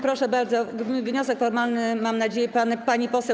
Proszę bardzo, wniosek formalny - mam nadzieję - pani poseł.